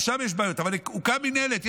שגם שם יש בעיות אבל הוקמה מינהלת,